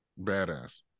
badass